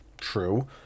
True